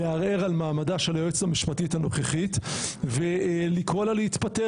לערער על מעמדה של היועצת המשפטית הנוכחית ולקרוא לה להתפטר